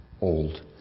old